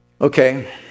Okay